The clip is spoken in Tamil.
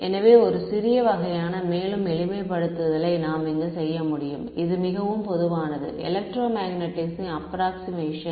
எனவே ஒரு சிறிய வகையான மேலும் எளிமைப்படுத்தலை நாம் இங்கு செய்ய முடியும் இது மிகவும் பொதுவானது எலெக்ட்ரோமேக்னெட்டிக்ஸின் அப்ராக்க்ஷிமேஷன்